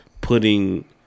putting